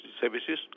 services